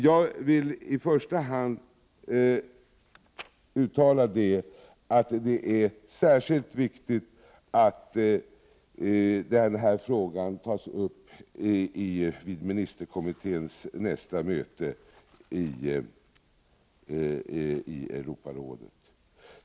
Jag vill i första hand uttala att det är särskilt viktigt att denna fråga tas upp vid ministerkommitténs nästa möte i Europarådet.